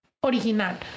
original